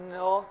no